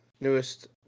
newest